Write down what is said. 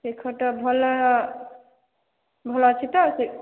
ସେ ଖଟ ଭଲ ଭଲ ଅଛି ତ ସେ